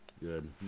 Good